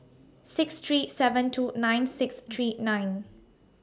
six three seven two nine six three nine